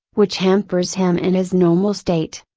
which hampers him in his normal state.